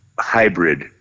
hybrid